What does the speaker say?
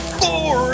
four